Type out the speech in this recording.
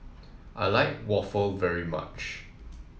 I like waffle very much